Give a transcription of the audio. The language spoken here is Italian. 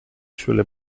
sulle